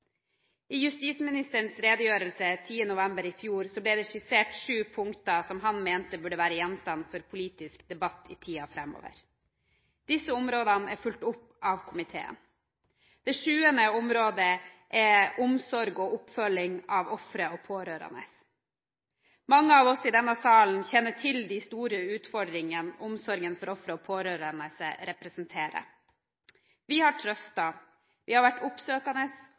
I justisministerens redegjørelse 10. november i fjor ble det skissert sju punkter som han mente burde være gjenstand for politisk debatt i tiden framover. Disse områdene er fulgt opp av komiteen. Det sjuende området er omsorg og oppfølging av ofre og pårørende. Mange av oss i denne salen kjenner til de store utfordringene omsorgen for ofre og pårørende representerer. Vi har trøstet, vi har vært oppsøkende,